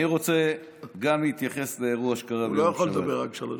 אני רוצה להתייחס לאירוע שקרה בירושלים.